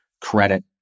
credit